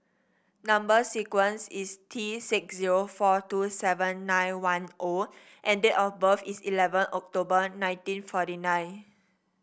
number sequence is T six zero four two seven nine one O and date of birth is eleven October nineteen forty nine